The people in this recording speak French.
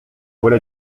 voilà